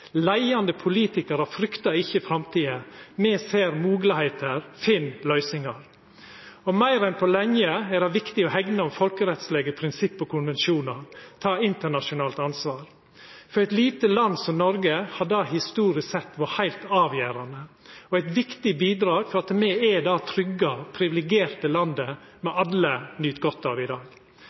Leiande politikarar fryktar ikkje framtida, men ser moglegheiter og finn løysingar. Meir enn på lenge er det viktig å hegna om folkerettslege prinsipp og konvensjonar og ta internasjonalt ansvar. For eit lite land som Noreg har det historisk sett vore eit heilt avgjerande og viktig bidrag for at me er det trygge, privilegerte landet me alle nyt godt av i dag.